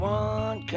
one